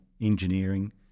engineering